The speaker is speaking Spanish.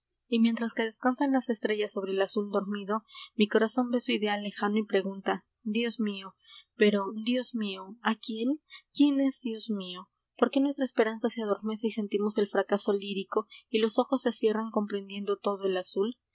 siglos mientras que descansan las estrellas sobre el azul dormido corazón ve su ideal lejano pregunta lhos mío ero dios mío a quién quién es dios mío or qué nuestra esperanza se adormece ín tim os el fracaso lírico los ojos se cierran comprendiendo t do el azul